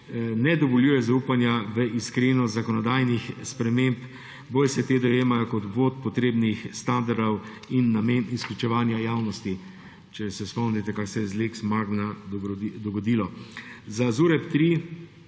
ne dovoljuje zaupanja v iskrenost zakonodajnih sprememb, bolj se te dojemajo kot obvod potrebnih standardov in namen izključevanja javnosti. Če se spomnite, kaj se je z lex Magna dogodilo.